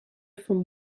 from